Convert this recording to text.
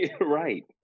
right